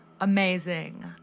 amazing